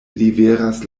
liveras